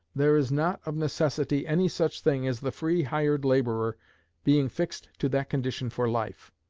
there is not, of necessity, any such thing as the free hired laborer being fixed to that condition for life.